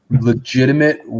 legitimate